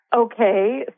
Okay